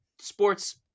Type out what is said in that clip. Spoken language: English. sports